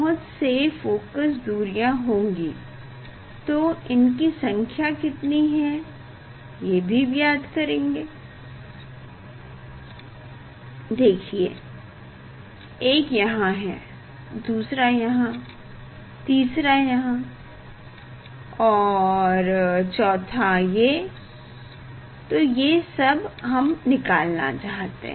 बहुत से फोकस दूरियाँ होंगी तो इनकी संख्या कितनी है ये भी ज्ञात करेंगे देखिए एक यहाँ है दूसरा यहाँ तीसरा यहाँ और चौथा ये तो ये सब हम निकालना चाहते हैं